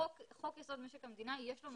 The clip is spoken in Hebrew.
לחוק יסוד: משק המדינה יש מטרות,